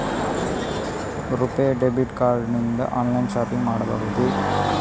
RuPay debit card ನಿಂದ online shopping ಮಾಡಬಹುದೇ?